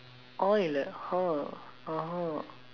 all he like !huh! (uh huh)